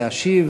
להשיב.